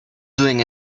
doing